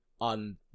on